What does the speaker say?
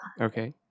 Okay